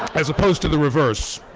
as opposed to the reverse.